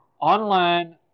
online